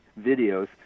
videos